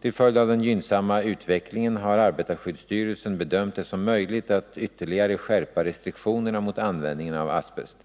Till följd av den gynnsamma utvecklingen har arbetarskyddsstyrelsen bedömt det som möjligt att ytterligare skärpa restriktionerna mot användningen av asbest.